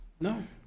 No